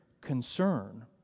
concern